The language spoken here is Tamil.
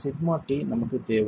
சிக்மா t நமக்குத் தேவை